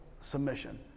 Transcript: submission